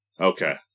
okay